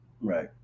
Right